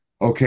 okay